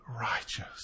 righteous